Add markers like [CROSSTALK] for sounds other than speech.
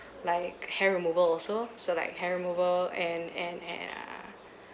[BREATH] like hair removal also so like hair removal and and and uh [BREATH]